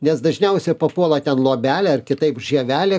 nes dažniausia papuola ten luobelė ar kitaip žievelė